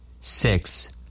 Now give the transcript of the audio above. Six